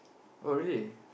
oh really